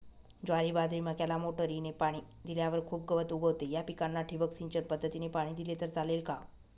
ज्वारी, बाजरी, मक्याला मोटरीने पाणी दिल्यावर खूप गवत उगवते, या पिकांना ठिबक सिंचन पद्धतीने पाणी दिले तर चालेल का?